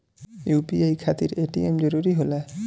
UPI खातिर ATM जरूरी होला?